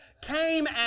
came